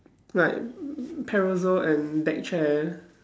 like parasol and deck chair